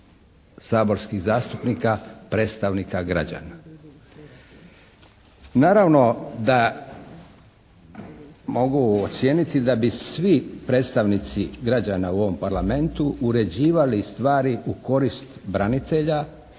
saborskih zastupnika predstavnika građana. Naravno da mogu ocijeniti da bi svi predstavnici građana u ovom Parlamentu uređivali stvari u korist branitelja